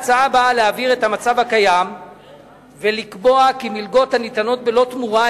ההצעה באה להעביר את המצב הקיים ולקבוע כי מלגות הניתנות בלא תמורה,